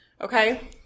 okay